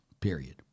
period